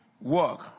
work